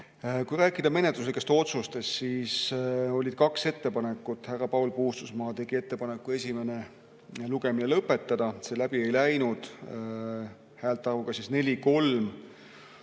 Kui rääkida menetluslikest otsustest, siis oli kaks ettepanekut. Härra Paul Puustusmaa tegi ettepaneku esimene lugemine lõpetada, aga see läbi ei läinud, häälte arv oli 4